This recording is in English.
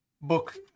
book